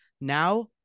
Now